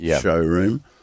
showroom